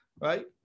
right